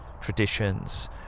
traditions